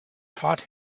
taught